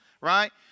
right